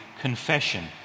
confession